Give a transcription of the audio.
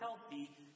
healthy